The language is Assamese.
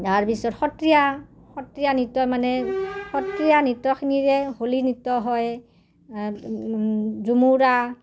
তাৰ পিছত সত্ৰীয়া সত্ৰীয়া নৃত্য মানে সত্ৰীয়া নৃত্যখিনিৰে হোলী নৃত্য হয় ঝুমুৰা